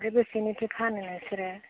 ओमफ्राय बेसेनिथो फानो नोंसोरो